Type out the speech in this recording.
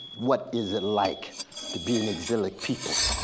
what is it like to be an exilic people,